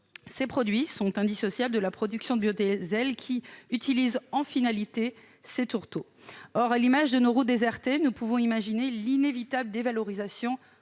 Ces produits sont indissociables de la production de biodiesel, qui utilise ces tourteaux. Face à l'image de nos routes désertées, nous pouvons imaginer l'inévitable dévalorisation